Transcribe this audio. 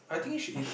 I think she is